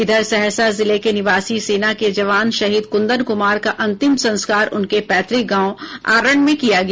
इधर सहरसा जिले के निवासी सेना के जवान शहीद कुंदन कुमार का अंतिम संस्कार उनके पैतृक गांव आरण में किया गया